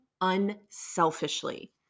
unselfishly